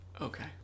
okay